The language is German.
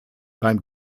beim